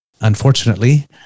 unfortunately